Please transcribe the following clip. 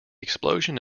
explosion